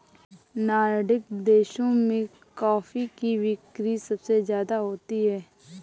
Nordic देशों में coffee की बिक्री सबसे ज्यादा होती है